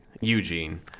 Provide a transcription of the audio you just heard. Eugene